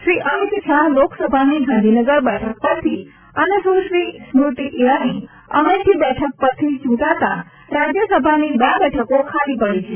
શ્રી અમીત શાહ લોકસભાની ગાંધીનગર બેઠક પરથી અને સુશ્રી સ્મૃતિ ઇરાની અમેઠી બેઠક પરથી ચૂંટાતાં રાજ્યસભાની બે બેઠકો ખાલી પડી છે